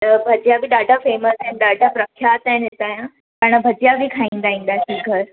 त भजिया बि ॾाढा फेमस आहिनि ॾाढा प्रख्यात आहिनि हितां जा पाणि भजिया बि खाईंदा ईंदासीं घरि